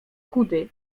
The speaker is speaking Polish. chudy